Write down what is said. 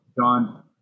John